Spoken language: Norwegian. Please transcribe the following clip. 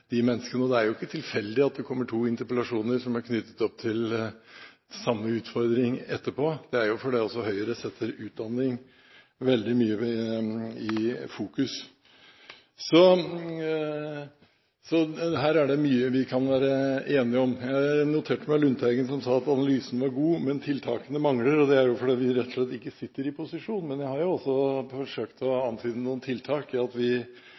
jo ikke tilfeldig at det etterpå kommer to interpellasjoner som er knyttet til samme utfordring. Det er fordi Høyre setter utdanning veldig mye i fokus. Så her er det mye vi kan være enige om. Jeg noterte meg at Lundteigen sa at analysen var god, men tiltakene mangler. Det er jo fordi vi rett og slett ikke sitter i posisjon, men jeg har forsøkt å antyde noen tiltak. Vi mener at vi